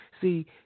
See